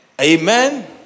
Amen